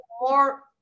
more